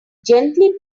gently